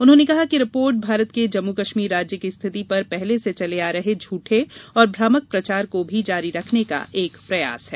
उन्होंने कहा कि रिपोर्ट भारत के जम्मू कश्मीर राज्य की स्थिति पर पहले से चले आ रहे झूठे और भ्रामक प्रचार को ही जारी रखने का एक प्रयास है